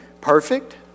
perfect